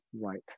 right